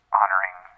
honoring